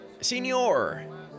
Signor